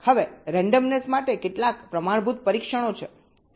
હવે રેન્ડમનેસ માટે કેટલાક પ્રમાણભૂત પરીક્ષણો છે